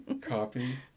Copy